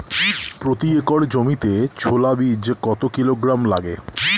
প্রতি একর জমিতে ছোলা বীজ কত কিলোগ্রাম লাগে?